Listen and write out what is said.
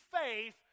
faith